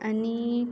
आनी